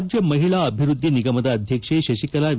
ರಾಜ್ಯ ಮಹಿಳಾ ಅಭಿವೃದ್ದಿ ನಿಗಮದ ಅಧ್ಯಕ್ಷೆ ಶಶಿಕಲಾ ವಿ